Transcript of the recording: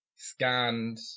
scanned